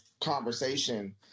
conversation